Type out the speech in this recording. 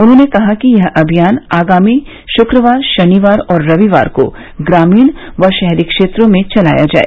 उन्होंने कहा कि यह अभियान आगामी शुक्रवार शनिवार और रविवार को ग्रामीण व शहरी क्षेत्रों में चलाया जाए